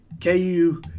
KU